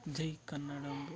ಜೈ ಕನ್ನಡಾಂಬೆ